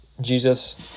Jesus